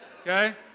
Okay